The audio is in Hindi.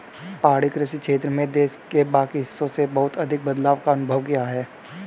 पहाड़ी कृषि क्षेत्र में देश के बाकी हिस्सों से बहुत अधिक बदलाव का अनुभव किया है